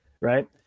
right